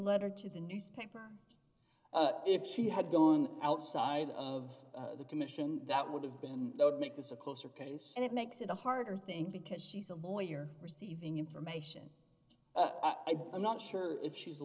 letter to the newspaper if she had gone outside of the commission that would have been there to make this a closer case and it makes it a harder thing because she's a lawyer receiving information i think i'm not sure if she's a